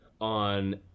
on